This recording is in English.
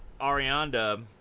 Arianda